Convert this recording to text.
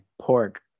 pork